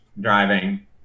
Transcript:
driving